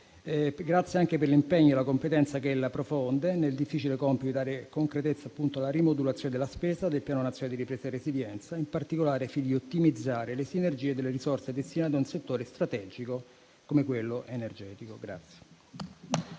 soddisfatto, e per gli impegni e per la competenza che profonde nel difficile compito di dare concretezza alla rimodulazione della spesa del Piano nazionale di ripresa e resilienza, in particolare ai fini di ottimizzare le sinergie delle risorse destinate a un settore strategico come quello energetico.